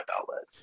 outlets